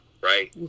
Right